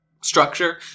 structure